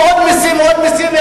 ועוד מסים ועוד מסים,